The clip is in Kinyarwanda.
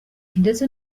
ndetse